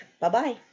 Bye-bye